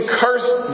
cursed